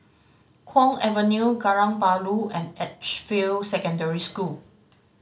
Kwong Avenue Kallang Bahru and Edgefield Secondary School